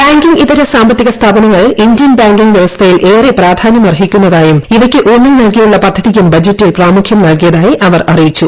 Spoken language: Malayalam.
ബാങ്കിംഗ് ഇതര സാമ്പത്തിക സ്ഥാപനങ്ങൾ ഇന്ത്യൻ ബാങ്കിംഗ് വൃവസ്ഥയിൽ ഏറെ പ്രാധാനൃമർഹിക്കുന്നതായും ഇവയ്ക്ക് ഊന്നൽ നൽകിയിട്ടുള്ള പദ്ധതിക്കും ബജറ്റിൽ പ്രാമുഖ്യം നൽകിയതായി അവർ അറിയിച്ചു